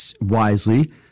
wisely